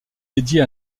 dédiée